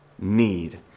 Need